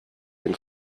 dem